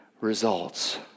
results